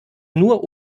nur